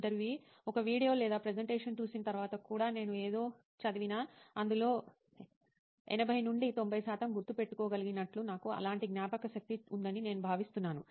ఇంటర్వ్యూఈ ఒక వీడియో లేదా ప్రెజెంటేషన్ చూసిన తర్వాత కూడా నేను ఏదో చదివినా అందులో 80 నుండి 90 శాతం గుర్తుపెట్టుకోగలిగినట్లు నాకు అలాంటి జ్ఞాపకశక్తి ఉందని నేను భావిస్తున్నాను